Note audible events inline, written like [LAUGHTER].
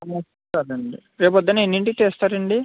[UNINTELLIGIBLE] రేపు పొద్దున్న ఎన్నింటికి తీస్తారండి